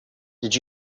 did